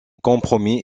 compromis